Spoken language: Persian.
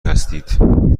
هستید